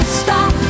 stop